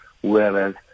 whereas